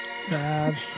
sad